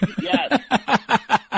Yes